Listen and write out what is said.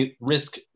risk